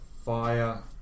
fire